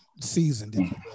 Seasoned